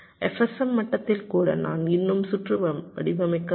FSM மட்டத்தில் கூட நான் இன்னும் சுற்று வடிவமைக்கவில்லை